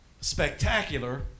spectacular